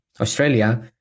Australia